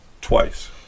Twice